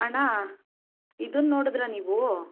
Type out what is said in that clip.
ಅಣ್ಣಾ ಇದನ್ನು ನೋಡಿದ್ರಾ ನೀವು